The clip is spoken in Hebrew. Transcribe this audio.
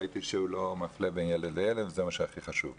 ראיתי שהוא לא מפלה בין ילד לילד וזה הדבר החשוב ביותר.